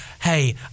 Hey